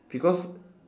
because